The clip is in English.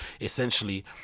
essentially